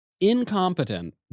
incompetent